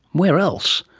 where else?